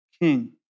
king